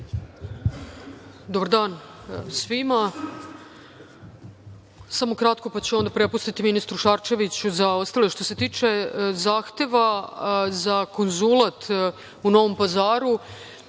Dobar dan svima. Samo kratko, pa ću onda prepustiti ministru Šarčeviću za ostalo. Što se tiče zahteva za konzulat u Novom Pazaru,